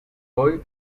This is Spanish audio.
hoy